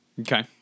Okay